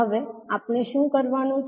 હવે આપણે શું કરવાનું છે